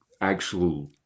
actual